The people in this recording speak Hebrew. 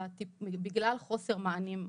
בגלל חוסר מענים אקוטי.